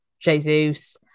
Jesus